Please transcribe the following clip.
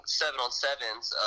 seven-on-sevens